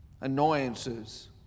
annoyances